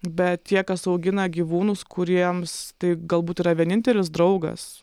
bet tie kas augina gyvūnus kuriems tai galbūt yra vienintelis draugas